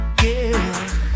girl